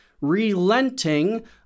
relenting